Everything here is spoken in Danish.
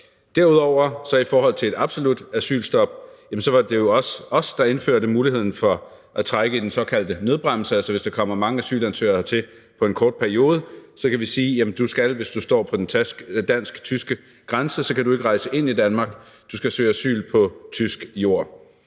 Derudover vil jeg sige i forhold til et absolut asylstop, at det jo også var os, der indførte muligheden for at trække i den såkaldte nødbremse, altså så vi, hvis der kommer mange asylansøgere til på en kort periode, kan sige, at du, hvis du står på den dansk-tyske grænse, ikke kan rejse ind i Danmark, du skal søge asyl på tysk jord.